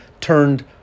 turned